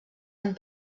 amb